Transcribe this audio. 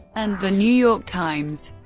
and the new york times.